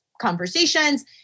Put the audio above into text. conversations